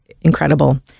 incredible